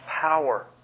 power